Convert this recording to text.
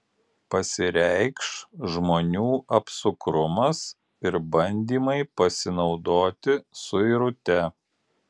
pasireikš žmonių apsukrumas ir bandymai pasinaudoti suirute